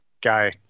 guy